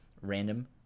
random